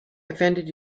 offended